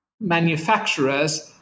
manufacturers